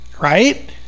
right